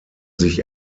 sich